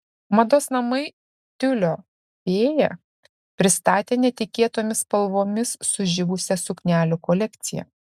mados namai tiulio fėja pristatė netikėtomis spalvomis sužibusią suknelių kolekciją